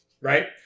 right